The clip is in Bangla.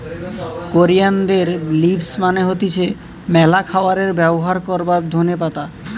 কোরিয়ানদের লিভস মানে হতিছে ম্যালা খাবারে ব্যবহার করবার ধোনে পাতা